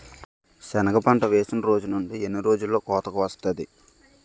సెనగ పంట వేసిన రోజు నుండి ఎన్ని రోజుల్లో కోతకు వస్తాది?